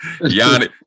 Yanni